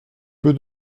peu